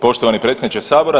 Poštovani predsjedniče Sabora.